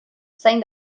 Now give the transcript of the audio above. zain